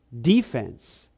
defense